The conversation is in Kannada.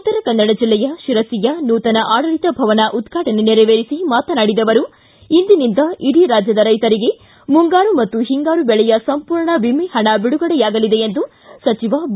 ಉತ್ತರ ಕನ್ನಡ ಜಿಲ್ಲೆಯ ಶಿರಸಿಯ ನೂತನ ಆಡಳಿತ ಭವನ ಉದ್ಘಾಟನೆ ನೆರವೇರಿಸಿ ಮಾತನಾಡಿದ ಅವರು ಇಂದಿನಿಂದ ಇಡೀ ರಾಜ್ಯದ ರೈತರಿಗೆ ಮುಂಗಾರು ಮತ್ತು ಹಿಂಗಾರು ಬೆಳೆಯ ಸಂಪೂರ್ಣ ವಿಮೆ ಹಣ ಬಿಡುಗಡೆಯಾಗಲಿದೆ ಎಂದು ಸಚಿವ ಬಿ